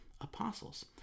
apostles